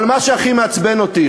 אבל מה שהכי מעצבן אותי,